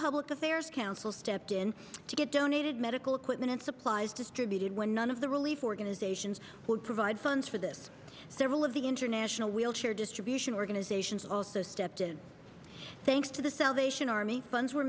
public affairs council stepped in to get donated medical equipment and supplies distributed when none of the relief organizations would provide funds for this several of the international wheelchair distribution organizations also stepped in thanks to the salvation army funds were